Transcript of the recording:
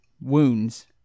wounds